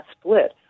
split